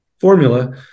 formula